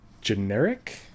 generic